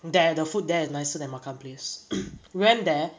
there the food there is nicer than makan place went there